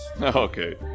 Okay